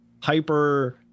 hyper